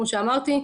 כמו שאמרתי,